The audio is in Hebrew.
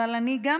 אבל אני גם